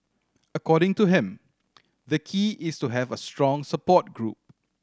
according to him the key is to have a strong support group